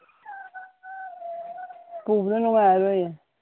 ꯄꯨꯕꯗ ꯅꯨꯡꯉꯥꯏꯔꯣꯏꯌꯦ